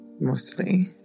mostly